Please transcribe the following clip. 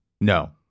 No